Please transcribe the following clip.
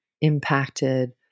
impacted